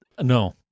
No